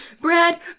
Brad